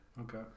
Okay